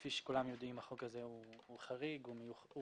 כפי שכולם יודעים החוק הזה חריג ומיוחד.